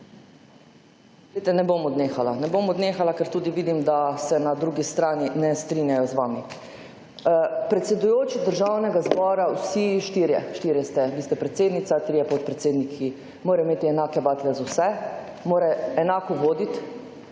Ne bom odnehala, ker tudi vidim, da se na drugi strani ne strinjajo z vami. Predsedujoči Državnega zbora, vsi štirje, štirje ste, vi ste predsednica, trije podpredsedniki, morajo imeti enake vatle za vse. Mora enako voditi.